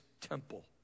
temple